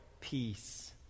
peace